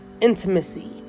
intimacy